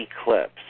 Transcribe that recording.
eclipse